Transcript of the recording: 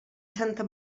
santa